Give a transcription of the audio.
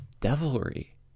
devilry